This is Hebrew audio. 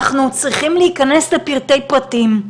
אנחנו צריכים להיכנס לפרטי-פרטים.